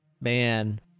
man